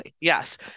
yes